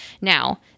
Now